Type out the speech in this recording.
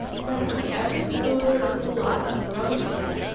presently every scoodler of the lot had thrown its head,